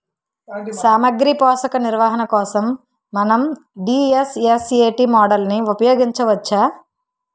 సామాగ్రి పోషక నిర్వహణ కోసం మనం డి.ఎస్.ఎస్.ఎ.టీ మోడల్ని ఉపయోగించవచ్చా?